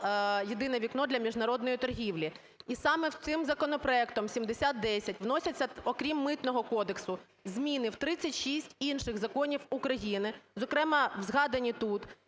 "єдине вікно" для міжнародної торгівлі. І саме цим законопроектом 7010 вносяться, окрім Митного кодексу, зміни в 36 інших законів України, зокрема згадані тут,